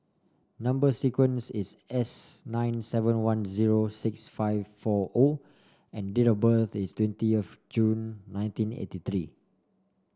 number sequence is S nine seven one zero six five four O and date of birth is twenty of June nineteen eighty three